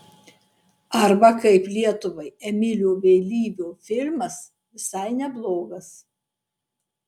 arba kaip lietuvai emilio vėlyvio filmas visai neblogas